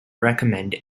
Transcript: recommend